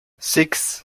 six